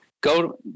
go